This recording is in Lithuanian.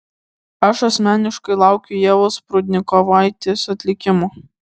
aš asmeniškai laukiu ievos prudnikovaitės atlikimo